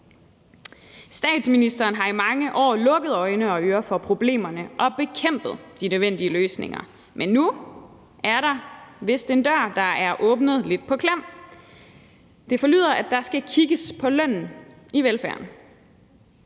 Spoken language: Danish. Statsministeren har i mange år lukket øjne og ører for problemerne og bekæmpet de nødvendige løsninger, men nu er der vist en dør, der er åbnet lidt på klem. Det forlyder, at der skal kigges på lønnen i velfærden.